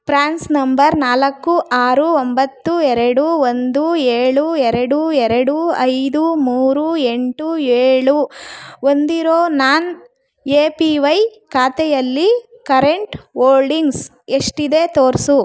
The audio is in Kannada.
ಪ್ರ್ಯಾನ್ಸ್ ನಂಬರ್ ನಾಲ್ಕು ಆರು ಒಂಬತ್ತು ಎರಡು ಒಂದು ಏಳು ಎರಡು ಎರಡು ಐದು ಮೂರು ಎಂಟು ಏಳು ಹೊಂದಿರೋ ನನ್ ಎ ಪಿ ವೈ ಖಾತೆಯಲ್ಲಿ ಕರೆಂಟ್ ಓಲ್ಡಿಂಗ್ಸ್ ಎಷ್ಟಿದೆ ತೋರಿಸು